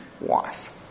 wife